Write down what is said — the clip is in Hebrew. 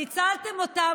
ניצלתם אותם,